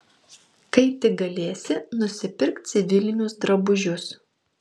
kai tik galėsi nusipirk civilinius drabužius